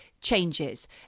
changes